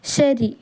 ശരി